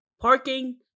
Parking